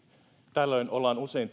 tällöin ollaan usein